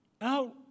out